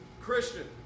Christian